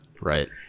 Right